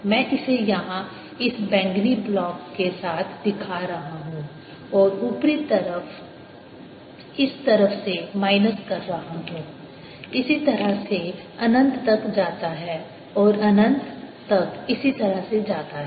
मैं इसे यहां इस बैंगनी ब्लॉक के साथ दिखा रहा हूं और ऊपरी तरफ इस तरह से माइनस कर रहा हूं इसी तरह से अनंत तक जाता है और अनंत तक इसी तरह से जाता है